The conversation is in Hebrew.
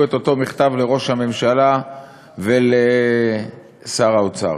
את אותו מכתב לראש הממשלה ולשר האוצר.